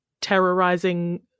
terrorizing